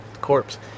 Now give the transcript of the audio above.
corpse